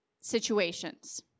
situations